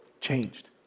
changed